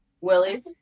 Willie